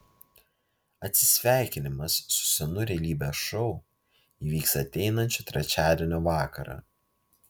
atsisveikinimas su senu realybės šou įvyks ateinančio trečiadienio vakarą